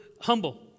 humble